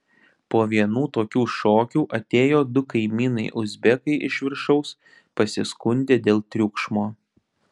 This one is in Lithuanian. po vienų tokių šokių atėjo du kaimynai uzbekai iš viršaus pasiskundė dėl triukšmo